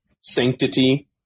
sanctity